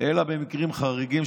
במקרים חריגים,